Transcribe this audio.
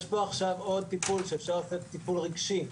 יש פה עכשיו עוד טיפול שאפשר לתת טיפול רגשי,